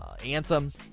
anthem